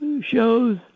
shows